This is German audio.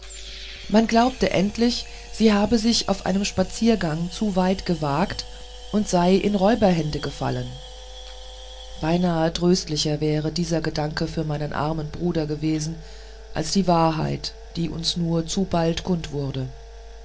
man glaubte endlich sie habe sich auf einem spaziergang zu weit gewagt und seie in räuberhände gefallen beinahe tröstlicher wäre dieser gedanke für meinen armen bruder gewesen als die wahrheit die uns nur zu bald kund wurde